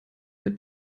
der